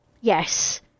Yes